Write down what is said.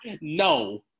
no